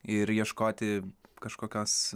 ir ieškoti kažkokios